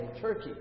Turkey